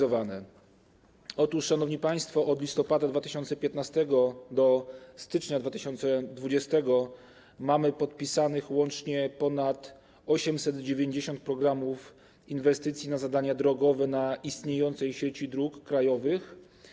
Otóż, szanowni państwo, od listopada 2015 r. do stycznia 2020 r. mamy podpisanych łącznie ponad 890 programów inwestycji na zadania drogowe na istniejącej sieci dróg krajowych.